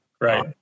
right